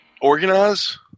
organize